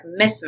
mismatch